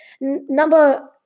Number